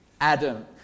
Adam